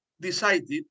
decided